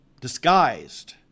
disguised